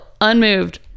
unmoved